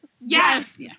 Yes